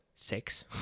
six